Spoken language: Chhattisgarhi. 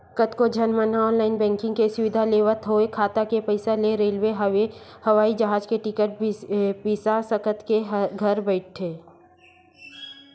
कतको झन मन ह ऑनलाईन बैंकिंग के सुबिधा लेवत होय खाता के पइसा ले रेलवे, हवई जहाज के टिकट बिसा सकत हे घर बइठे